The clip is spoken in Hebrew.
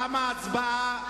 תמה ההצבעה.